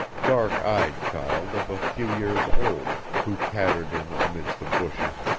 dark-eyed child of a few years old, who pattered in amidst the bushes,